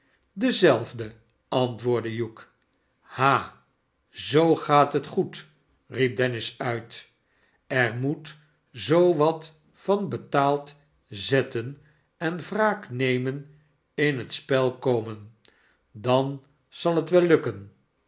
dezelfde antwoordde hugh sha zoo gaat het goed riep dennis uit er moet zoo wat van betaald zetten en wraak nemen in het spel komen dan zal het wel lukken